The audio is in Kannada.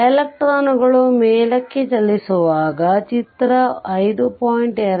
ಎಲೆಕ್ಟ್ರಾನ್ಗಳು ಮೇಲಕ್ಕೆ ಚಲಿಸುವಾಗ ಫಿಗರ್ 5